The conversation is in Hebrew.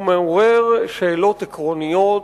הוא מעורר שאלות עקרוניות.